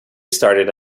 started